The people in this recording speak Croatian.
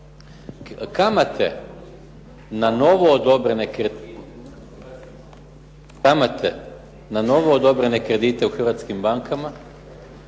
Kamate na novo odobrene kredite u hrvatskim bankama